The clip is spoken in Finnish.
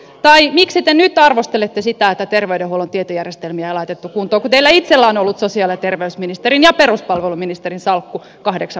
tai miksi te nyt arvostelette sitä että terveydenhuollon tietojärjestelmiä ei laitettu kuntoon kun teillä itsellänne on ollut sosiaali ja terveysministerin ja peruspalveluministerin salkku kahdeksan vuoden aikana